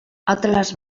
atlas